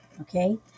okay